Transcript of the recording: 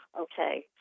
okay